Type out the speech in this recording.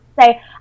say